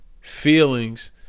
feelings